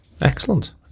Excellent